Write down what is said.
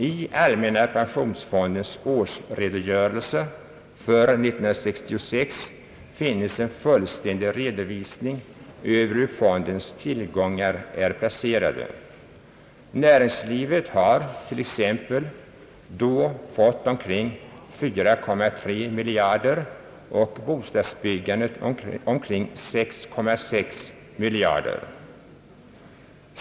I allmänna pensionsfondens årsredogörelse för 1966 finns en fullständig redovisning över hur fondens tillgångar är placerade. Näringslivet har t.ex. fått omkring 4,3 miljarder och bostadsbyggandet omkring 6,6 miljarder.